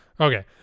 Okay